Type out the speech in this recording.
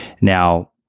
Now